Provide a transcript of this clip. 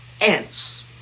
ants